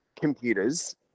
computers